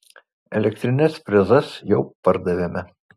elektrines frezas jau pardavėme